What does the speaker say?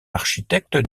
architecte